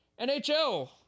NHL